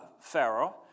Pharaoh